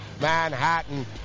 Manhattan